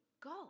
go